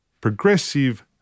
progressive